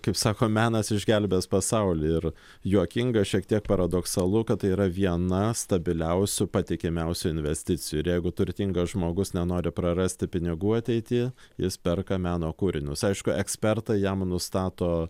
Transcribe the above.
kaip sako menas išgelbės pasaulį ir juokinga šiek tiek paradoksalu kad tai yra viena stabiliausių patikimiausių investicijų ir jeigu turtingas žmogus nenori prarasti pinigų ateity jis perka meno kūrinius aišku ekspertai jam nustato